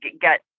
get